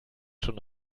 schon